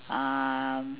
um